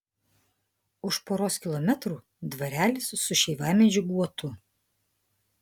už poros kilometrų dvarelis su šeivamedžių guotu